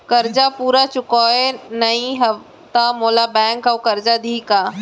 करजा पूरा चुकोय नई हव त मोला बैंक अऊ करजा दिही का?